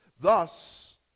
Thus